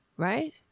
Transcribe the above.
Right